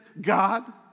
God